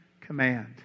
command